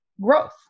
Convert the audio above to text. growth